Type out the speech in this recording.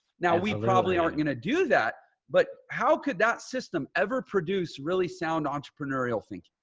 now we probably aren't going to do that. but how could that system ever produce really sound entrepreneurial thinking.